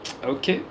okay okay